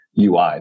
UI